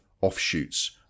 offshoots